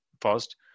first